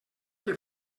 que